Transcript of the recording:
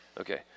Okay